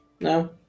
no